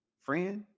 Friend